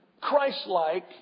Christ-like